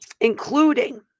including